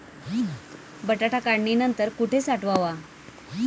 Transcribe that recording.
बटाटा काढणी नंतर कुठे साठवावा?